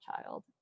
child